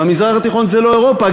והמזרח התיכון זה לא אירופה,